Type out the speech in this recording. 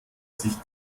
sich